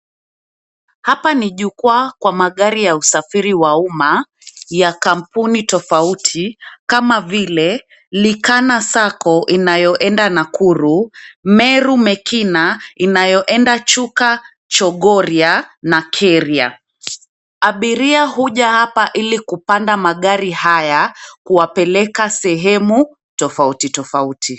Hapa ni jukwaa kwa magari ya usafiri wa umma ya kampuni tofauti kama vile Likana sacco inayoendea Nakuru, Meru Mekina inayoenda Chuka, Chongoria na Keria. Abiria huja hapa ili kupanda magari haya kuwapeleka sehemu tofauti tofauti.